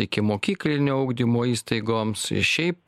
ikimokyklinio ugdymo įstaigoms ir šiaip